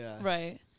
Right